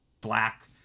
Black